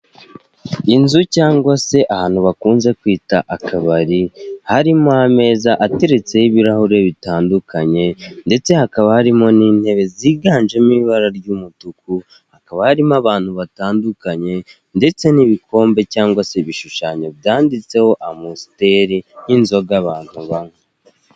Inzu cyangwa se ahantu bakunze kwita akabari, harimo ameza ateretseho ibirahure bitandukanye, ndetse hakaba harimo n'intebe ziganjemo ibara ry'umutuku, hakaba harimo abantu batandukanye, ndetse n'ibikombe cyangwa se ibishushanyo byanditseho amusiteri, nk'inzoga abantu banywa.